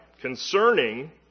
concerning